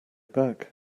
back